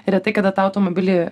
retai kada tą automobilį